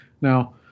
Now